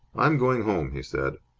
i'm going home, he said.